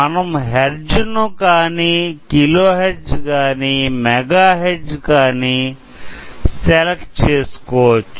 మనము Hertz ను కానీ kilo Hertz కానీ Mega Hertz కానీ సెలెక్ట్ చేసుకోవచ్చు